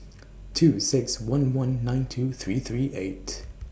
two six one one nine two three three eight